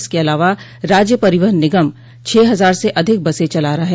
इसके अलावा राज्य परिवहन निगम छह हजार से अधिक बसें चला रहा है